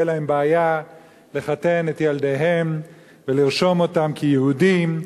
להם בעיה לחתן את ילדיהם ולרשום אותם כיהודים,